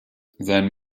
sein